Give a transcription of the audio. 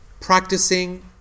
practicing